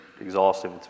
exhaustive